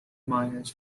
miners